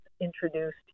introduced